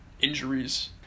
injuries